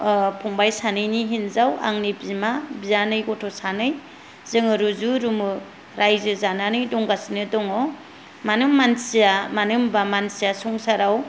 फंबाय सानैनि हिनजाव आंनि बिमा बियानै गथ' सानै जोङो रुजु रुमु रायजो जानानै दंगासिनो दङ मानो होमबा मानसिआ मानो होनबा मानसिआ संसाराव मानसिआ